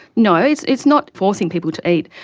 no, it's it's not forcing people to eat.